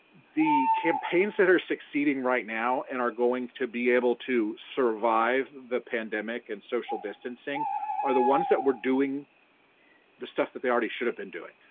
the campaigns that are succeeding right now and are going to be able to survive the pandemic pandemic and social distancing are the ones that were doing the stuff that they already should have been doing.